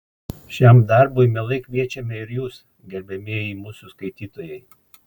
šiam darbui mielai kviečiame ir jus gerbiamieji mūsų skaitytojai